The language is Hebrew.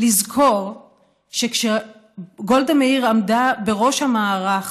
לזכור שכשגולדה מאיר עמדה בראש המערך,